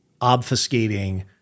obfuscating